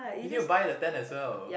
you need to buy the tent as well